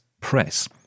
press